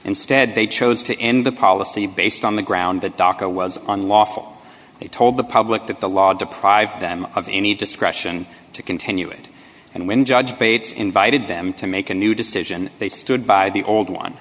instead they chose to end the policy based on the ground that doco was unlawful they told the public that the law deprived them of any discretion to continue it and when judge bates invited them to make a new decision they stood by the old one